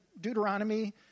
Deuteronomy